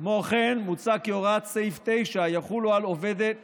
כמו כן, מוצע כי הוראות סעיף 9 יחולו על עובדת